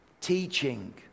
teaching